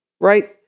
right